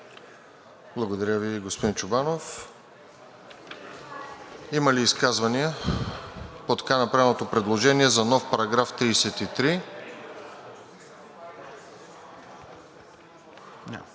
Благодаря Ви, господин Чобанов. Има ли изказвания по така направеното предложение за нов § 33?